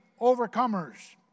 overcomers